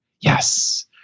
Yes